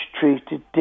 treated